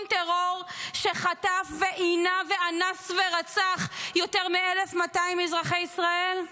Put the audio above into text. טרור שחטף ועינה ואנס ורצח יותר מ-1,200 מאזרחי ישראל?